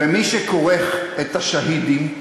ומי שכורך את השהידים,